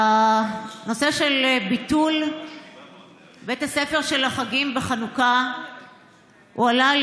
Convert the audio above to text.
הנושא של ביטול בית הספר של החגים בחנוכה הועלה על